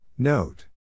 Note